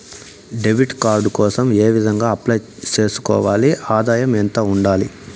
Debit card కోసం ఏ విధంగా అప్లై సేసుకోవాలి? ఆదాయం ఎంత ఉండాలి?